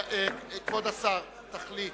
כבוד השר, תחליט.